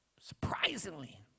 Surprisingly